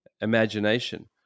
imagination